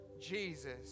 Jesus